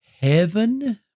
heaven